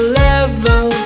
level